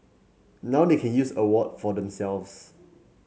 now they can use award for themselves